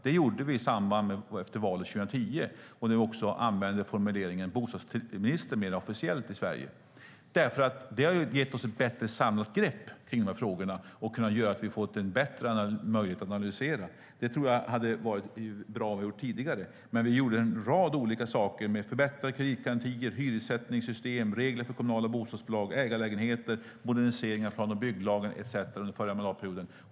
Det gjorde vi i efter valet 2010, då vi också använde beteckningen "bostadsminister" mer officiellt i Sverige. Det har nämligen gett oss ett bättre samlat grepp kring frågorna och gjort att vi har haft bättre möjlighet att analysera. Det tror jag hade varit bra om vi hade gjort tidigare, men vi gjorde en rad olika saker under den förra mandatperioden: förbättrade kreditgarantier, hyressättningssystem, regler för kommunala bostadsbolag, ägarlägenheter, modernisering av plan och bygglagen etcetera.